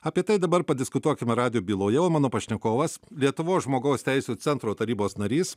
apie tai dabar padiskutuokime radijo byloje mano pašnekovas lietuvos žmogaus teisių centro tarybos narys